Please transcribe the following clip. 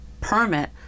permit